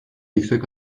yüksek